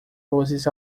luzes